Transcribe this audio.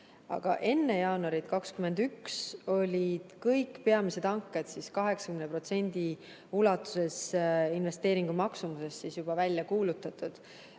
aga enne jaanuari 2021 olid kõik peamised hanked, 80% ulatuses investeeringu maksumusest, juba välja kuulutatud.